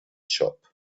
shop